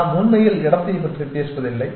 நாம் உண்மையில் இடத்தைப் பற்றி பேசுவதில்லை